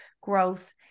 growth